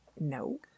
No